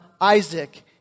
Isaac